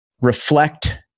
reflect